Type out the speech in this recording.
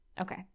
Okay